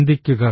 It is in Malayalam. ചിന്തിക്കുക